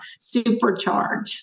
supercharge